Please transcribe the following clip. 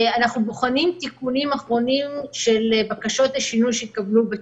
אנחנו בוחנים תיקונים אחרונים של בקשות לשינוי שהתקבלו בציבור,